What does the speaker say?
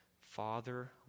Father